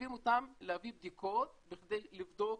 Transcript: מחייבים אותם להביא בדיקות בכדי לבדוק